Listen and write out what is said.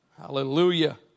Hallelujah